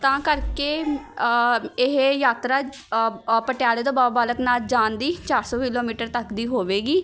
ਤਾਂ ਕਰਕੇ ਇਹ ਯਾਤਰਾ ਪਟਿਆਲੇ ਤੋਂ ਬਾਬਾ ਬਾਲਕ ਨਾਥ ਜਾਣ ਦੀ ਚਾਰ ਸੋ ਕਿਲੋਮੀਟਰ ਤੱਕ ਦੀ ਹੋਵੇਗੀ